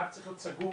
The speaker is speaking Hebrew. הנהג צריך להיות סגור,